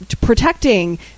protecting